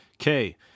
Okay